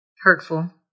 hurtful